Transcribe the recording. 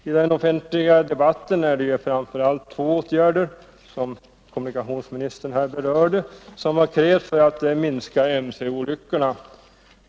I den offentliga debatten är det framför allt två åtgärder — kommunikationsministern berörde dem här — som har krävts för att minska antalet mc-olyckor.